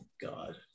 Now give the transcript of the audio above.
God